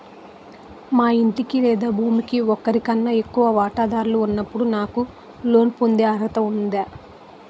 మా ఇంటికి లేదా భూమికి ఒకరికన్నా ఎక్కువ వాటాదారులు ఉన్నప్పుడు నాకు లోన్ పొందే అర్హత ఉందా?